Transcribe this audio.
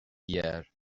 here